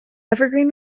evergreen